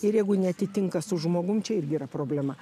ir jeigu neatitinka su žmogum čia irgi yra problema